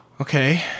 Okay